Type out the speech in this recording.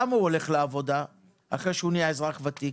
למה הוא הולך לעבודה אחרי שהוא נהיה אזרח ותיק?